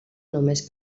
només